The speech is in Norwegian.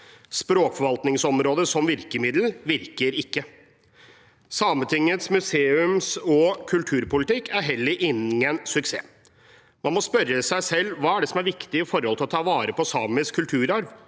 Språkforvaltningsområdet som virkemiddel virker ikke. Sametingets museums- og kulturpolitikk er heller ingen suksess. Man må spørre seg selv hva som er viktig med hensyn til å ta vare på samisk kulturarv.